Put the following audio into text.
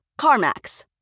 CarMax